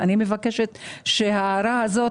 אני מבקשת שההערה הזאת